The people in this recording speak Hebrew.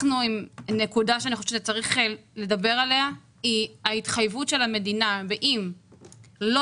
נקודה שאני חושבת שצריך לדבר עליה היא ההתחייבות של המדינה שאם לא